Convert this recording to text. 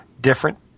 different